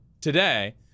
today